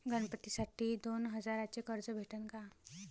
गणपतीसाठी दोन हजाराचे कर्ज भेटन का?